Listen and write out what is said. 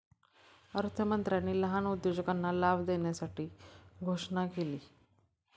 अर्थमंत्र्यांनी लहान उद्योजकांना लाभ देण्यासाठी घोषणा केली